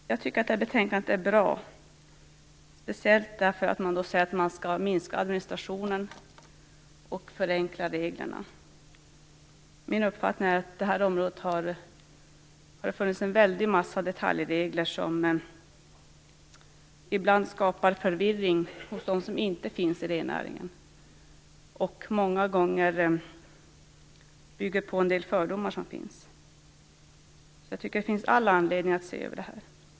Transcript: Fru talman! Jag tycker att det här betänkandet är bra, speciellt därför att man säger att man skall minska administrationen och förenkla reglerna. Min uppfattning är att det på det här området har funnits en väldig massa detaljregler som ibland skapat förvirring hos människor utanför rennäringen och som många gånger bygger på en del fördomar som finns. Jag tycker därför att det finns all anledning att se över det här.